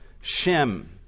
Shem